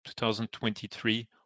2023